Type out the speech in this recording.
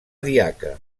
diaca